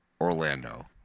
Orlando